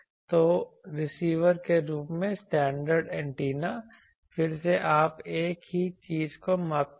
तो रिसीवर के रूप में स्टैंडर्ड एंटीना फिर से आप एक ही चीज को मापते हैं